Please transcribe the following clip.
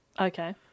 Okay